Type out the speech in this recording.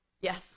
Yes